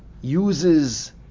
uses